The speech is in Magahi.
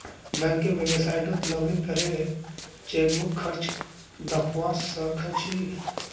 बैंकेर वेबसाइतट लॉगिन करे चेकबुक खर्च दखवा स ख छि